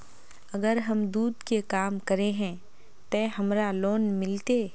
अगर हम दूध के काम करे है ते हमरा लोन मिलते?